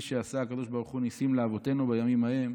שעשה הקדוש ברוך הוא ניסים לאבותינו בימים ההם,